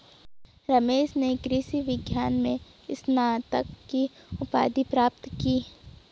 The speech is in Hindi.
रमेश ने कृषि विज्ञान में स्नातक की उपाधि प्राप्त की